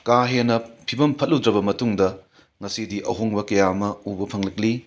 ꯀꯥ ꯍꯦꯟꯅ ꯐꯤꯕꯝ ꯐꯠꯂꯨꯗ꯭ꯔꯕ ꯃꯇꯨꯡꯗ ꯉꯁꯤꯗꯤ ꯑꯍꯣꯡꯕ ꯀꯌꯥ ꯑꯃ ꯎꯕ ꯐꯪꯂꯛꯂꯤ